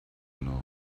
know